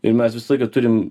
ir mes visą laiką turim